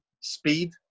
speed